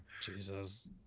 Jesus